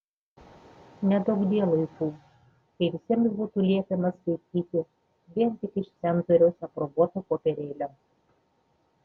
neduokdie laikų kai visiems būtų liepiama skaityti vien tik iš cenzoriaus aprobuoto popierėlio